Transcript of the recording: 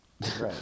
Right